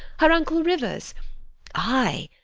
her uncle rivers ay,